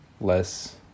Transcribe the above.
less